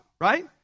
right